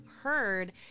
heard